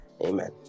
Amen